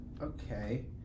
Okay